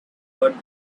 what